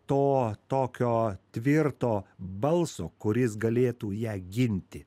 to tokio tvirto balso kuris galėtų ją ginti